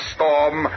Storm